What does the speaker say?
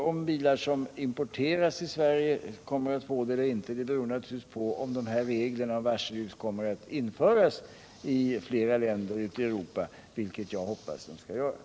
Om bilar som importeras till Sverige kommer att få det eller inte beror naturligtvis på om regler om varselljus kommer att införas i flera länder ute i Europa, vilket jag hoppas kommer att ske.